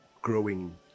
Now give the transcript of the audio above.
growing